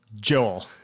Joel